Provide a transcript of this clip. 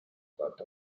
part